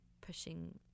pushing